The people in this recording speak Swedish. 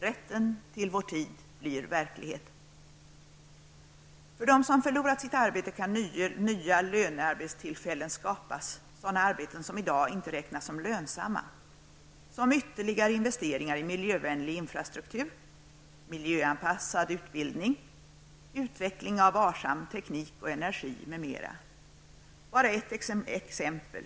Rätten till vår tid blir verklighet. För dem som har förlorat sitt arbete kan nya lönearbetstillfällen skapas -- sådana arbeten som i dag inte räknas som lönsamt, såsom ytterligare investeringar i miljövänlig infrastruktur, miljöanpassad utbildning och utveckling beträffande varsam teknik och energi, m.m. Jag skall här bara gett ett exempel.